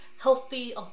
healthy